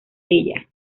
ella